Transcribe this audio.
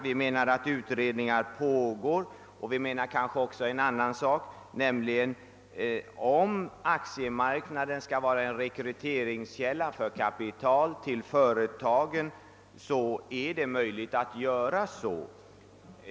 Vi anser att utredningar pågår och att om aktiemarknaden skall vara en rekryteringskälla för kapital till företagen så är detta redan fallet.